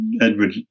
Edward